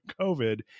COVID